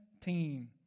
team